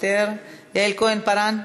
חבר הכנסת אמיר אוחנה.